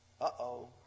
Uh-oh